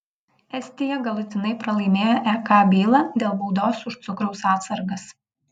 estija galutinai pralaimėjo ek bylą dėl baudos už cukraus atsargas